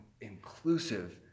inclusive